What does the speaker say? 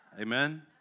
Amen